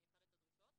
אני אחדד את הדרישות: